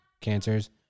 cancers